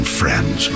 friends